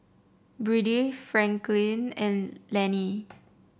Byrdie Franklyn and Lani